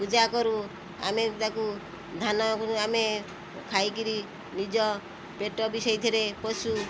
ପୂଜା କରୁ ଆମେ ତା'କୁ ଧାନକୁ ଆମେ ଖାଇକି ନିଜ ପେଟ ବି ସେଥିରେ ପୋଷୁ